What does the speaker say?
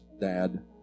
dad